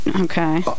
Okay